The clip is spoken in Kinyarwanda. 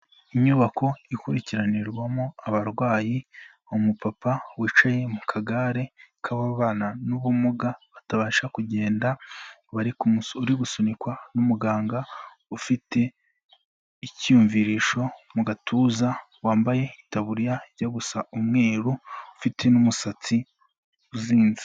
Inyubako ikurikiranirwamo abarwayi umu papa wicaye mu kagare k'ababana n'ubumuga batabasha kugenda, uri gusunikwa n'umuganga ufite icyumvirisho mu gatuza, wambaye itaburiya ijya gusa umweru ufite n'umusatsi uzinze.